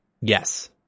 Yes